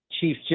Chief